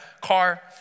car